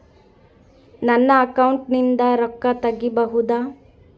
ನನ್ನ ಅಕೌಂಟಿಂದ ರೊಕ್ಕ ತಗಿಬಹುದಾ?